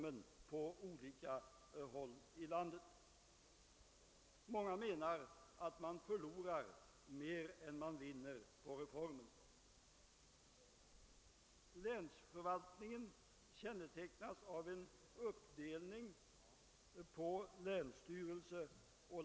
En länsskatterätt, i huvudsak motsvarande nuvarande prövningsnämnd, och en länsrätt för annan förvaltningsrättskipning knyts till länsstyrelsen.